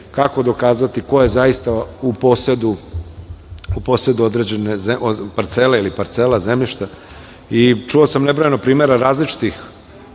kako dokazati ko je zaista u posedu određene parcele zemljišta. Čuo sam nebrojeno primera različitih,